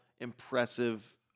impressive